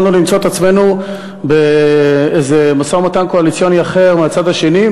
יכולנו למצוא את עצמנו באיזה משא-ומתן קואליציוני אחר מהצד השני,